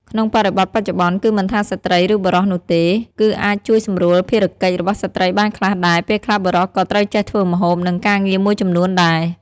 ក្នុងបរិបទបច្ចុប្បន្ន គឺមិនថាស្រ្តីឬបុរសនោះទេ គឺអាចជួយសម្រួលភារកិច្ចរបស់ស្ត្រីបានខ្លះដែរ ពេលខ្លះបុរសក៏ត្រូវចេះធ្វើម្ហូប និងការងារមួយចំនួនដែរ។